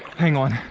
hang on.